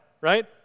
right